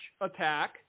attack